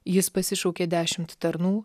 jis pasišaukė dešimt tarnų